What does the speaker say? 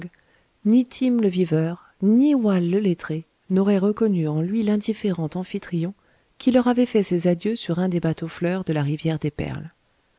ni tim le viveur ni houal le lettré n'auraient reconnu en lui l'indifférent amphitryon qui leur avait fait ses adieux sur un des bateauxfleurs de la rivière des perles